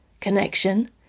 connection